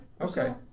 Okay